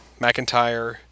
McIntyre